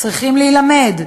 צריכים להילמד.